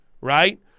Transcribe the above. right